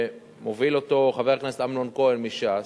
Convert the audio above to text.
שמוביל אותו חבר הכנסת אמנון כהן מש"ס,